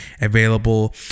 available